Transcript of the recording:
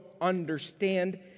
understand